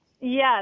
Yes